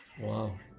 Wow